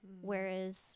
Whereas